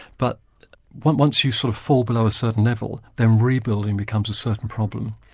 but once once you sort of fall below a certain level, then rebuilding becomes a certain problem.